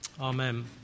Amen